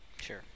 Sure